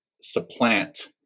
supplant